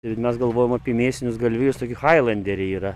ir mes galvojam apie mėsinius galvijus toki hailanderiai yra